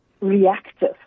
reactive